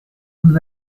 vous